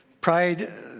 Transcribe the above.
pride